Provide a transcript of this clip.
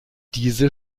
diese